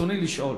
רצוני לשאול: